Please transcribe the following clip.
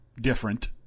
different